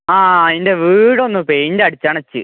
ആ എൻ്റെ വീടൊന്ന് പേയ്ൻ്ററ്റടിച്ചണച്ച്